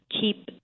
keep